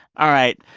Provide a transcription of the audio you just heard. all right.